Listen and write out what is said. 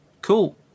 cool